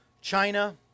China